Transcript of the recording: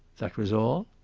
that was all?